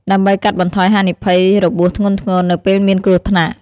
ដើម្បីកាត់បន្ថយហានិភ័យរបួសធ្ងន់ធ្ងរនៅពេលមានគ្រោះថ្នាក់។